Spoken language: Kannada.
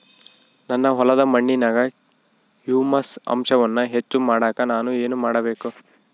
ನನ್ನ ಹೊಲದ ಮಣ್ಣಿನಾಗ ಹ್ಯೂಮಸ್ ಅಂಶವನ್ನ ಹೆಚ್ಚು ಮಾಡಾಕ ನಾನು ಏನು ಮಾಡಬೇಕು?